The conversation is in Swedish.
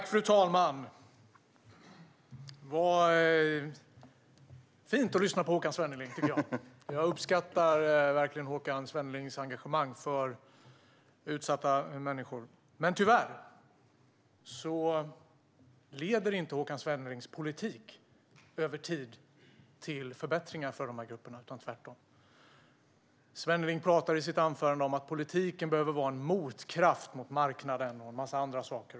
Fru talman! Det var fint att lyssna på Håkan Svenneling. Jag uppskattar verkligen hans engagemang för utsatta människor. Tyvärr leder inte Håkan Svennelings politik över tid till förbättringar för dessa grupper utan tvärtom. Svenneling talade i sitt anförande om att politiken behöver vara en motkraft mot marknaden och en massa andra saker.